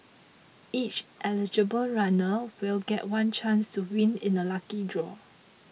each eligible runner will get one chance to win in a lucky draw